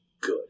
good